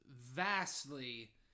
vastly